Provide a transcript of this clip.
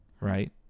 Right